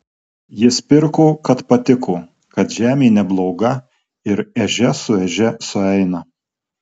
jis pirko kad patiko kad žemė nebloga ir ežia su ežia sueina